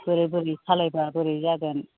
बोरै बोरै खालामबा बोरै जागोन